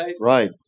right